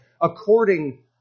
according